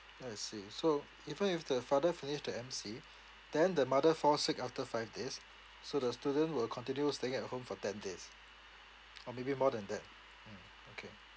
I see so even if the father finish the M_C then the mother fall sick after five days so the student will continue staying at home for ten days or maybe more than that mm okay